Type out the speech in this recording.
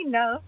no